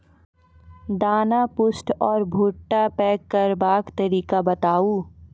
दाना पुष्ट आर भूट्टा पैग करबाक तरीका बताऊ?